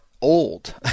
old